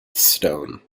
stone